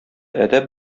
әдәп